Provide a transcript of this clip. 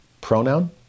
pronoun